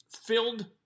filled